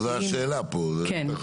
לא, זאת השאלה פה.